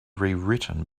rewritten